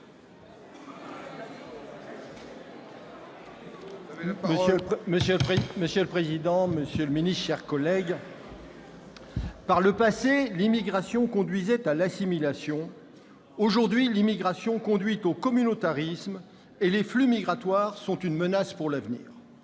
Monsieur le président, madame la ministre, mes chers collègues, par le passé, l'immigration conduisait à l'assimilation. Aujourd'hui, l'immigration conduit au communautarisme et les flux migratoires sont une menace pour l'avenir.